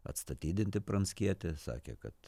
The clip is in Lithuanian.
atstatydinti pranckietį sakė kad